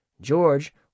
George